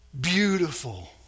beautiful